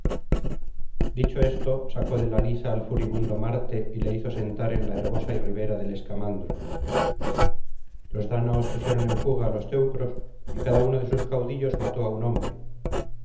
dicho esto sacó de la liza al furibundo marte y le hizo sentar en la herbosa ribera del escamandro los dáñaos pusieron en fuga á los teucros y cada uno de sus caudillos mató á un hombre